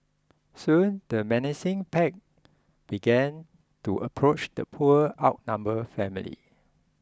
soon the menacing pack began to approach the poor outnumber family